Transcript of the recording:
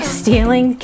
stealing